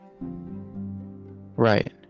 Right